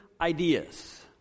ideas